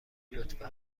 لطفا